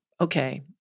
Okay